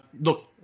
Look